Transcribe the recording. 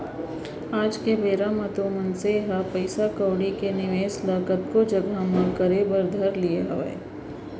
आज के बेरा म तो मनसे ह पइसा कउड़ी के निवेस ल कतको जघा म करे बर धर लिये हावय